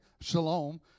shalom